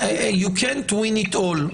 you can't win it all.